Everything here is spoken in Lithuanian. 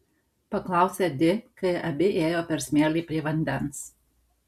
paklausė di kai abi ėjo per smėlį prie vandens